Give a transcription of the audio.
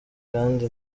kandi